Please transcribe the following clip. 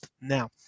now